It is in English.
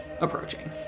approaching